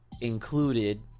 included